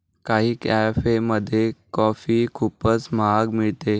काही कॅफेमध्ये कॉफी खूपच महाग मिळते